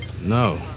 No